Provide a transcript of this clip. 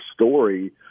story